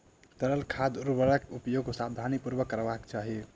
तरल खाद उर्वरकक उपयोग सावधानीपूर्वक करबाक चाही